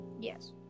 Yes